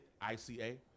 I-C-A